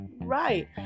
Right